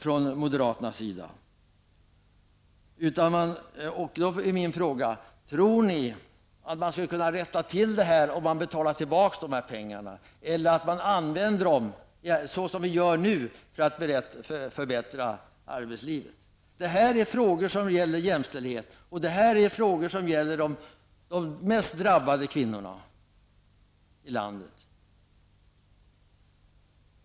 Min fråga är: Tror ni att man skulle kunna rätta till dessa förhållanden, om man betalar tillbaka dessa pengar, eller skulle det vara bättre att använda dem, som vi gör nu, för att förbättra arbetslivet? Detta är frågor som gäller jämställdhet. Det är frågor som rör de mest drabbade kvinnorna i landet.